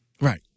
Right